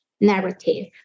narrative